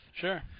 Sure